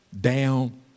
down